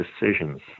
decisions